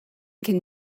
can